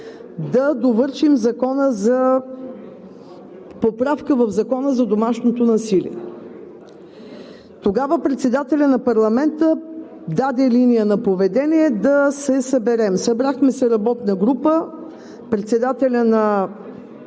да довършим поправката в Закона за домашното насилие. Тогава председателят на парламента даде линия на поведение да се съберем. Събрахме се работна група: председателят на